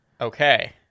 Okay